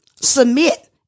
submit